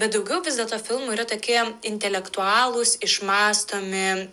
bet daugiau vis dėlto filmų yra tokie intelektualūs išmąstomi